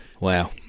wow